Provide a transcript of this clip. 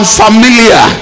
familiar